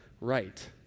right